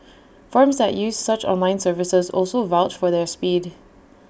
firms that use such online services also vouch for their speed